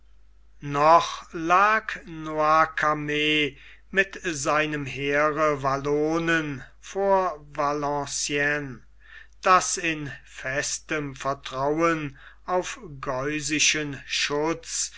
noch lag noircarmes mit seinem heere wallonen vor valenciennes das in festem vertrauen auf geusischen schutz